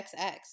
XX